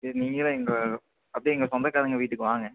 சரி நீங்களே எங்களை அப்படியே எங்கள் சொந்தக்காரங்கள் வீட்டுக்கு வாங்க